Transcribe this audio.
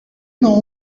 know